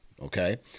Okay